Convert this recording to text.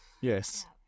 yes